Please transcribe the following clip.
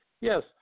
Yes